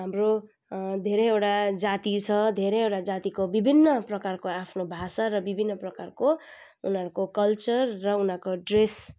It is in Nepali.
हाम्रो धेरैवटा जाति छ धेरैवटा जातिको विभिन्न प्रकारको आफ्नो भाषा र विभिन्न प्रकारको उनीहरूको कल्चर र उनीहरूको ड्रेस